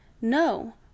No